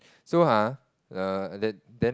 so !huh! then then